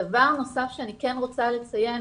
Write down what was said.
דבר נוסף שאני כן רוצה לציין,